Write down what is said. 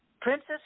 Princess